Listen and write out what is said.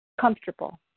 comfortable